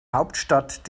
hauptstadt